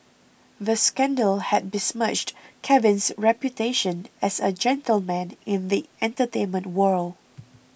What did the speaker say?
the scandal had besmirched Kevin's reputation as a gentleman in the entertainment world